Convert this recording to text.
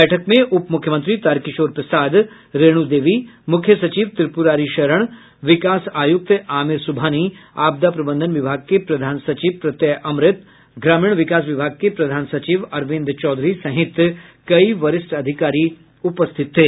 बैठक में उप मुख्यमंत्री तारकिशोर प्रसाद रेणु देवी मुख्य सचिव त्रिपुरारी शरण विकास आयुक्त आमिर सुबहानी आपदा प्रबंधन विभाग के प्रधान सचिव प्रत्यय अमृत ग्रामीण विकास विभाग के प्रधान सचिव अरविंद चौधरी सहित कई वरिष्ठ अधिकारी उपस्थित थे